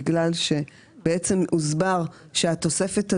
בגלל שבעצם הוסבר שהתוספת הזו,